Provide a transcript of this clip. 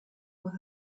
with